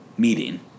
Meeting